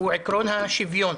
הוא עיקרון השוויון.